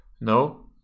no